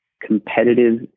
competitive